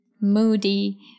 moody